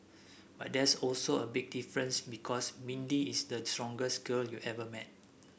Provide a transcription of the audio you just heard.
but there's also a big difference because Mindy is the strongest girl you ever met